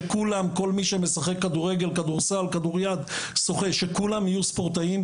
שכל מי שמשחק בענפי הכדור והיחיד ייחשב ספורטאי?